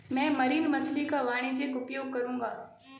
मैं मरीन मछली का वाणिज्यिक उपयोग करूंगा